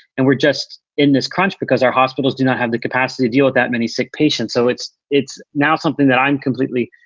and we're just in this crunch because our hospitals do not have the capacity to deal with that many sick patients. so it's it's now something that i'm completely